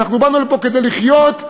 באנו לפה כדי לחיות,